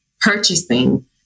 purchasing